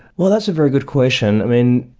well, that's a very good question. i mean,